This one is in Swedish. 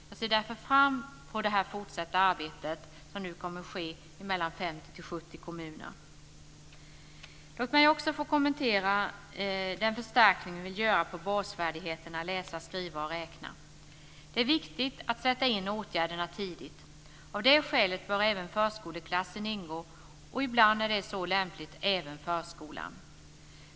Jag ser därför fram mot det fortsatta arbetet som nu kommer att ske i mellan 50 och 70 kommuner. Låt mig också få kommentera den förstärkning vi gör på basfärdigheterna läsa, skriva och räkna. Det är viktigt att sätta in åtgärderna tidigt. Av det skälet bör även förskoleklassen ingå och ibland, när så är lämpligt, även förskolan.